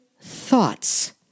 Thoughts